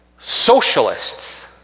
socialists